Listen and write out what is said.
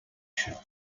should